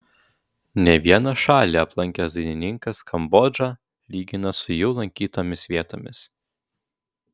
ne vieną šalį aplankęs dainininkas kambodžą lygina su jau lankytomis vietomis